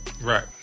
Right